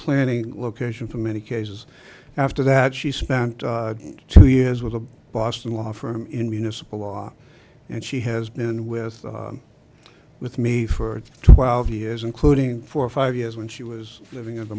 planning location for many cases after that she spent two years with a boston law firm in municipal law and she has been with with me for twelve years including for five years when she was living in the